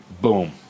Boom